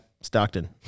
Stockton